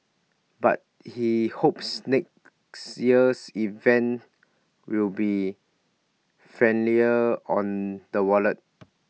but he hopes next year's event will be friendlier on the wallet